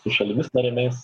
su šalimis narėmis